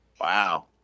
Wow